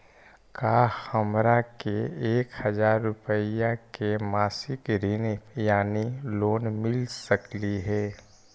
का हमरा के एक हजार रुपया के मासिक ऋण यानी लोन मिल सकली हे?